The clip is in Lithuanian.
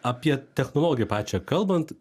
apie technologiją pačią kalbant